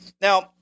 Now